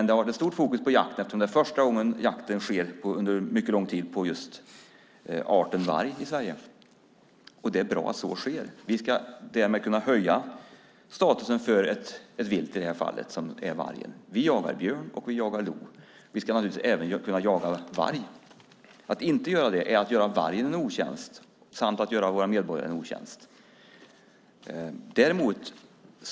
Det har varit stort fokus på jakten, eftersom det är första gången på mycket lång tid som jakten sker på arten varg i Sverige. Det är bra att så sker. Vi ska därmed kunna höja statusen för ett vilt som i det här fallet är vargen. Vi jagar björn, och vi jagar lo. Vi ska naturligtvis även kunna jaga varg. Att inte göra det är att göra vargen en otjänst samt att göra våra medborgare en otjänst.